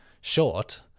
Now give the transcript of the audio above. short